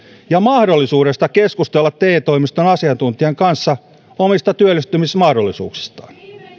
ja mahdollisuudesta keskustella te toimiston asiantuntijan kanssa omista työllistymismahdollisuuksistaan